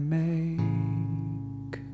make